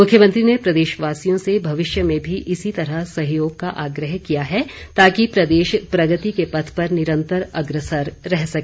मुख्यमंत्री ने प्रदेशवासियों से भविष्य में भी इसी तरह सहयोग का आग्रह किया है ताकि प्रदेश प्रगति के पथ पर निरंतर अग्रसर रह सके